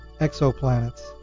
exoplanets